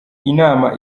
inama